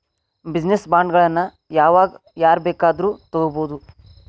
Business ಬಾಂಡ್ಗಳನ್ನ ಯಾವಾಗ್ ಯಾರ್ ಬೇಕಾದ್ರು ತಗೊಬೊದು?